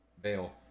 veil